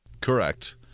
Correct